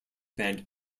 band